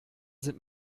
sind